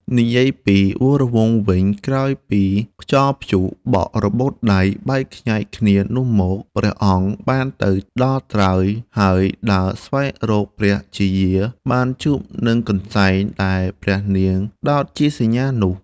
និយាយពីវរវង្សវិញក្រោយពីខ្យល់ព្យុះបោករបូតដៃ បែកខ្ញែកគ្នានោះមក ព្រះអង្គបានទៅដល់ត្រើយ ហើយដើរស្វែងរកព្រះជាយាបានជួបនឹងកន្សែង ដែលព្រះនាងដោតជាសញ្ញានោះ។